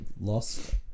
lost